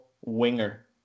winger